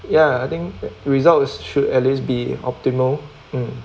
ya I think result should at least be optimal mm